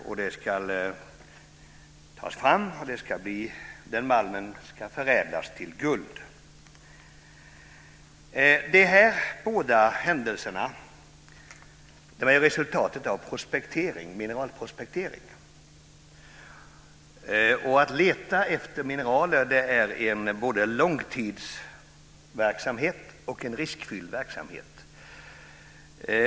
Malmen ska tas fram och förädlas till guld. De båda händelserna är resultatet av mineralprospektering. Att leta efter mineral är en både tidskrävande och riskfylld verksamhet.